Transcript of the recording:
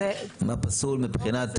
מה פסול מבחינת